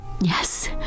Yes